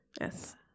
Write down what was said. Yes